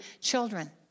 children